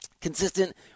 Consistent